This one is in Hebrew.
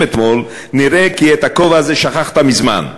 אתמול נראה כי את הכובע הזה שכחת מזמן.